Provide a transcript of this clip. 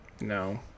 No